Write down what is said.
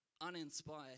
uninspired